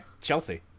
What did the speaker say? Chelsea